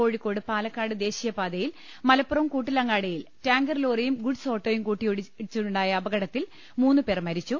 കോഴിക്കോട് പാലക്കാട്ട് ദേശീയപാതയിൽ മലപ്പുറം കൂട്ടിലങ്ങാടിയിൽ ടാങ്കർലോറിയും ഗുഡ്സ് ഓട്ടോയും കൂട്ടിയിടിച്ചുണ്ടായ അപകടത്തിൽ മൂന്ന് പേർ മരിച്ചു